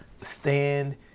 stand